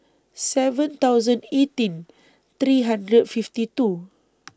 seven hundred eighteen three hundred fifty two